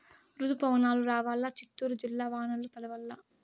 రుతుపవనాలు రావాలా చిత్తూరు జిల్లా వానల్ల తడవల్ల